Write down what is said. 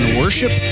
worship